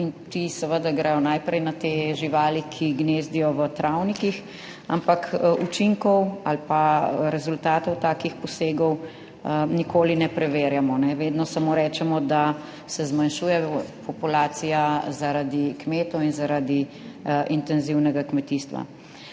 in ti seveda gredo najprej na te živali, ki gnezdijo v travnikih, ampak učinkov ali pa rezultatov takih posegov nikoli ne preverjamo, vedno samo rečemo, da se zmanjšuje populacija zaradi kmetov in zaradi intenzivnega kmetijstva.